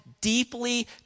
deeply